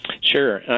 Sure